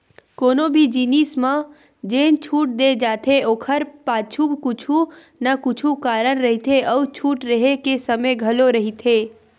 कोनो भी जिनिस म जेन छूट दे जाथे ओखर पाछू कुछु न कुछु कारन रहिथे अउ छूट रेहे के समे घलो रहिथे